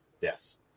yes